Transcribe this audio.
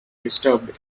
disturbed